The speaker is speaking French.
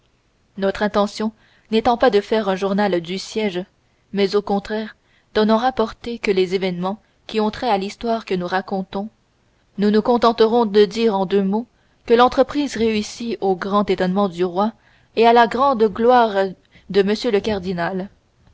notre intention n'étant pas de faire un journal de siège mais au contraire de n'en rapporter que les événements qui ont trait à l'histoire que nous racontons nous nous contenterons de dire en deux mots que l'entreprise réussit au grand étonnement du roi et à la grande gloire de m le cardinal